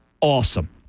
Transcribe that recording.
Awesome